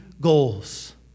goals